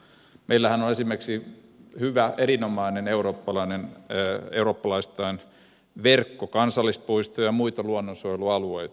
meillähän on esimerkiksi hyvä eurooppalaisittain erinomainen verkko kansallispuistoja ja muita luonnonsuojelualueita